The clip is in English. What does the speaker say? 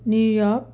New York